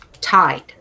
tied